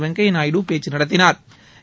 வெங்கையா நாயுடு பேச்சு நடத்தினாா்